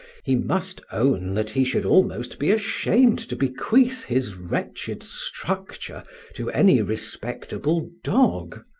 he must own that he should almost be ashamed to bequeath his wretched structure to any respectable dog.